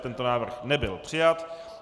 Tento návrh nebyl přijat.